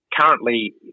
Currently